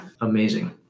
amazing